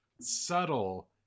subtle